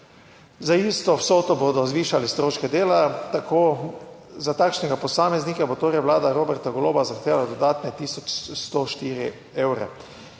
Za isto vsoto bodo zvišali stroške dela. Za takšnega posameznika bo torej Vlada Roberta Goloba zahtevala dodatne 1104 evre.